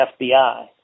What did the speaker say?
FBI